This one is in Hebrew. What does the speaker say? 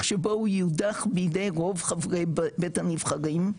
שבו הוא יודח בידי רוב חברי בית הנבחרים,